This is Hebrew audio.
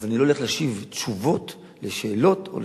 אז אני לא הולך להשיב תשובות על שאלות או על